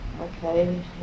Okay